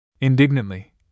Indignantly